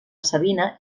sabina